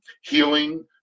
healing